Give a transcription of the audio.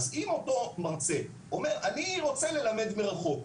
אז אם אותו מרצה אומר: אני רוצה ללמד מרחוק,